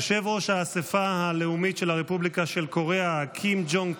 יושב-ראש האספה הלאומית של הרפובליקה של קוריאה קים ז'ונג פיו,